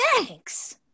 Thanks